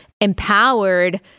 empowered